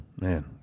man